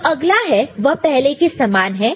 जो अगला है वह पहले के समान है